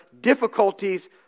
difficulties